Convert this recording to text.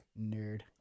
nerd